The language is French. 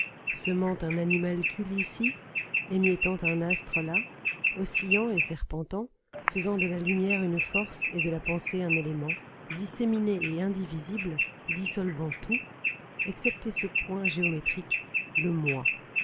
semant un animalcule ici émiettant un astre là oscillant et serpentant faisant de la lumière une force et de la pensée un élément disséminée et indivisible dissolvant tout excepté ce point géométrique le moi